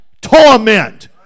torment